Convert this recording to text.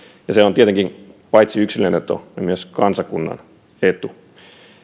ja se on tietenkin paitsi yksilön etu myös kansakunnan etu